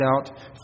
out